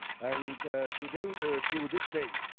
and today, or, to this day,